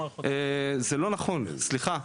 זה לא נכון, סליחה.